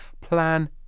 plan